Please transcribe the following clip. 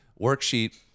worksheet